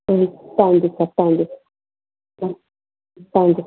ம் thank you sir thank you thank thank you